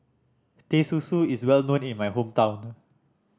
Teh Susu is well known in my hometown